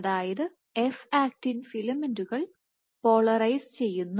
അതായത് F actin ഫിലമെന്റുകൾ polarise ചെയ്യുന്നു